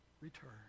return